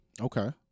Okay